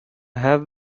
have